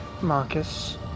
Marcus